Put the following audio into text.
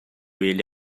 ele